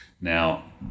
Now